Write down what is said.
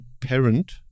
parent